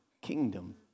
kingdom